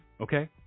Okay